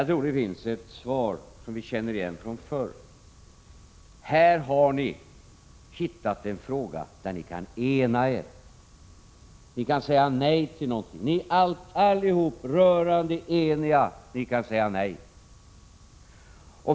Jag tror det finns ett svar, som vi känner igen från förr: här har ni hittat en fråga där ni kan ena er. Ni kan säga nej till någonting. Ni är allihop rörande eniga om att säga nej.